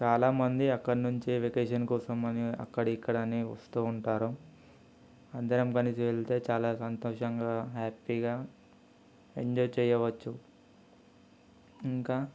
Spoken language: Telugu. చాలామంది అక్కడి నుంచి వెకేషన్ కోసం అని అక్కడ ఇక్కడ అని వస్తూ ఉంటారు అందరం కలిసి వెళ్తే చాలా సంతోషంగా హ్యాపీగా ఎంజాయ్ చేయవచ్చు ఇంకా